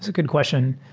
so good question.